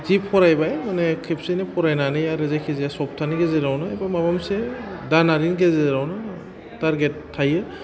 जि फरायबाय माने खेबसेनो फरायनानै आरो जेखि जाया सप्तानि गेजेरावनो एबा माबा मोनसे दानारिनि गेजेरावनो टारगेट थायो